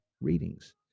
readings